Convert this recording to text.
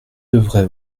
devrais